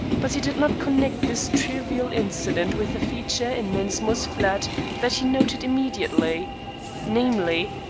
but he did not connect this trivial incident with the feature in mensmore's flat that he noted immediately namely,